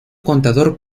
contador